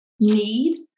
need